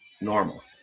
normal